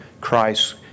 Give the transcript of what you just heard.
Christ